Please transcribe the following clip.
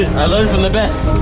i learned from the best.